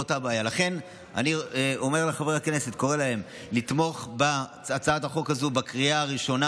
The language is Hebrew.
לכן אני קורא לחברי הכנסת לתמוך בהצעת החוק הזאת בקריאה הראשונה.